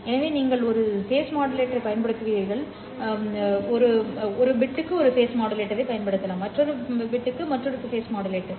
எனவே நீங்கள் ஒரு கட்ட மாடுலேட்டரைப் பயன்படுத்துவீர்கள் மற்றொரு கட்ட மாடுலேட்டர்